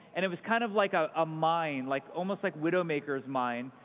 and it was kind of like a ah mine like almost like widowmaker's mine.